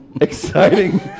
exciting